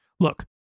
Look